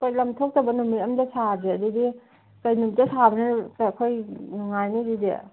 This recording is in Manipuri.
ꯍꯣꯏ ꯂꯝ ꯊꯣꯛꯇꯕ ꯅꯨꯃꯤꯠ ꯑꯃ ꯁꯥꯁꯦ ꯑꯗꯨꯗꯤ ꯀꯩ ꯅꯨꯃꯤꯠꯇ ꯁꯥꯕꯅ ꯑꯩꯈꯣꯏ ꯅꯨꯡꯉꯥꯏꯅꯤ ꯑꯗꯨꯗꯤ